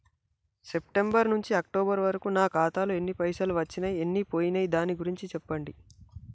September నుంచి October వరకు నా ఖాతాలో ఎన్ని పైసలు వచ్చినయ్ ఎన్ని పోయినయ్ దాని గురించి చెప్పండి?